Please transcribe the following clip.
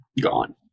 Gone